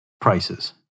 prices